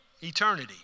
eternity